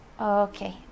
okay